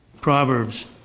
Proverbs